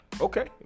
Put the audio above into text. Okay